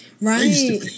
Right